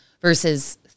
versus